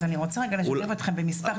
אז אני רוצה לשתף אתכם במספר תכניות.